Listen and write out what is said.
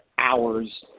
hours